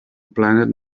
planet